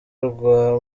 rwa